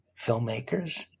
filmmakers